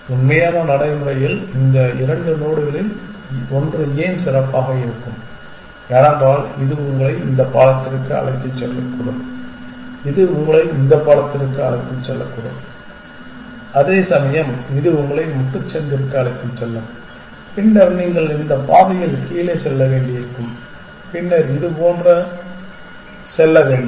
உண்மையான நடைமுறையில் இந்த இரண்டு நோடுகளில் ஒன்று ஏன் சிறப்பாக இருக்கும் ஏனென்றால் இது உங்களை இந்த பாலத்திற்கு அழைத்துச் செல்லக்கூடும் இது உங்களை இந்த பாலத்திற்கு அழைத்துச் செல்லக்கூடும் அதேசமயம் இது உங்களை முட்டுச்சந்திற்கு அழைத்துச் செல்லும் பின்னர் நீங்கள் இந்த பாதையில் கீழே செல்ல வேண்டியிருக்கும் பின்னர் இதுபோன்று செல்ல வேண்டும்